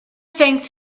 thanked